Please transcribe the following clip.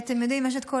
אתם יודעים, יש את כל